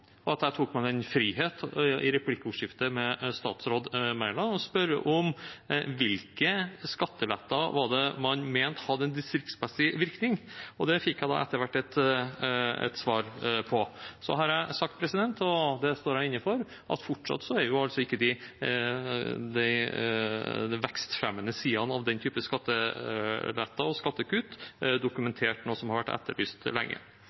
at jeg tok meg den frihet i replikkordskiftet med statsråd Mæland å spørre om hvilke skatteletter var det man mente hadde en distriktsmessig virkning. Og det fikk jeg da etter hvert et svar på. Jeg har sagt, og det står jeg inne for, at fortsatt er det ikke de vekstfremmende sidene av den typen skatteletter og skattekutt dokumentert, noe som har vært etterlyst lenge.